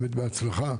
בהצלחה,